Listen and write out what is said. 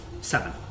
seven